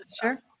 sure